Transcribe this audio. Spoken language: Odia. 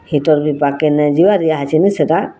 ହିଟର୍ ବି ପାଖ୍କେ ନି ଯିବାର୍ ଇହାଛିନି ସେଟା